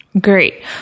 Great